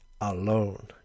alone